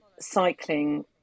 cycling